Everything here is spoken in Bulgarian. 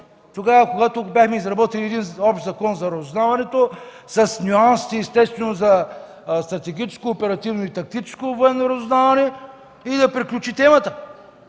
стане да бяхме изработили един общ закон за разузнаването с нюанси, естествено за стратегическо, оперативно и тактическо военно разузнаване и темата